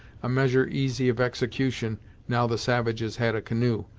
a measure easy of execution now the savages had a canoe,